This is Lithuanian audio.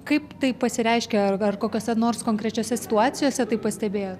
kaip tai pasireiškia ar kokiose nors konkrečiose situacijose tai pastebėjot